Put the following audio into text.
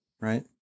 right